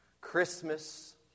Christmas